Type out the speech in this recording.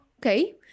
okay